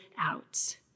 out